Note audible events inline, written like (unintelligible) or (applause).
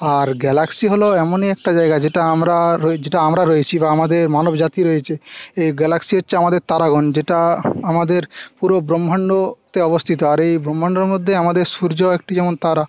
আর galaxy হল এমনই একটা জায়গা যেটা আমরা (unintelligible) যেটা আমরা রয়েছি বা আমাদের মানবজাতি রয়েছে এই গ্যালাক্সি হচ্ছে আমাদের তারাগণ যেটা আমাদের পুরো ব্রহ্মাণ্ডতে অবস্থিত আর এই ব্রহ্মাণ্ডর মধ্যে আমাদের সূর্য একটি যেমন তারা